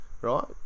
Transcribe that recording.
right